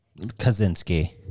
Kaczynski